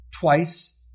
twice